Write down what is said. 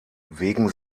wegen